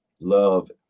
love